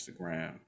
instagram